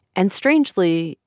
and strangely,